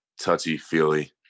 touchy-feely